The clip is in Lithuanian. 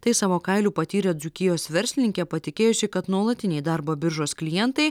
tai savo kailiu patyrė dzūkijos verslininkė patikėjusi kad nuolatiniai darbo biržos klientai